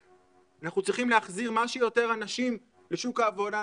אנחנו צריכים להחזיר מה שיותר אנשים לשוק העבודה,